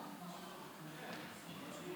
ממשלה